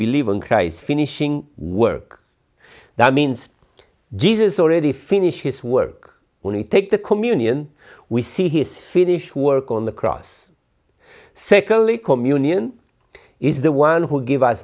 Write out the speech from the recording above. believe in christ finishing work that means jesus already finished his work when you take the communion we see his finished work on the cross secondly communion is the one who gave us